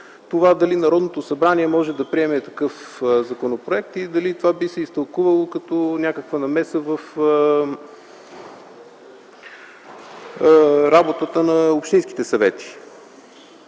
дали Народното събрание може да приеме такъв законопроект и дали то би се изтълкувало като някаква намеса в работата на общинските съвети.